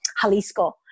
Jalisco